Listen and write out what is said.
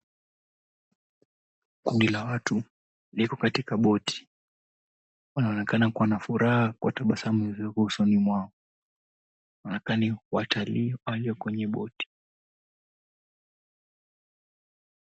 Kundi la watu liko katika boti . Wanaonekana kuwa na furaha kwa tabasamu zilizopo usoni mwao. Wanaonekana ni watalii walio kwenye boti .